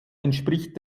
entspricht